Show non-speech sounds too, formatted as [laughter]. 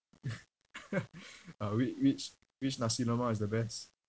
[laughs] ah whi~ which which nasi lemak is the best